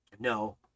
no